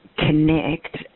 connect